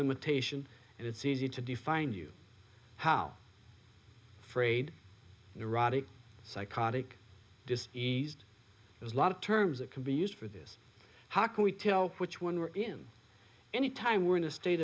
limitation and it's easy to define you how frayed neurotic psychotic just eased a lot of terms that can be used for this how can we tell which one we're in any time we're in a state